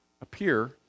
appear